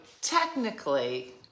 technically